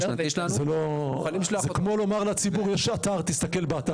זה כמו לומר לציבור: "יש אתר תסתכל באתר".